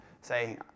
say